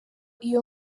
iyo